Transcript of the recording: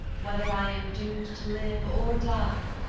whether i am doom'd to live or die,